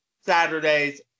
Saturdays